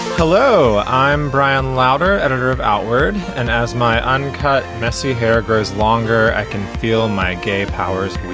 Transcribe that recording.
hello, i'm brian louder. editor of outward and as my uncut, messy hair grows longer. i can feel my gay powers.